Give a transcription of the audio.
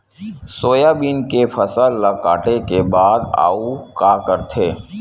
Soybean के फसल ल काटे के बाद आऊ का करथे?